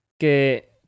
que